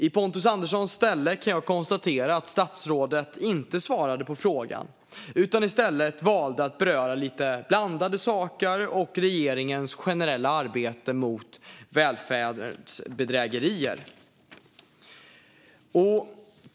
I Pontus Anderssons ställe kan jag konstatera att statsrådet inte svarade på frågan utan i stället valde att beröra lite blandade saker och regeringens generella arbete mot välfärdsbedrägerier.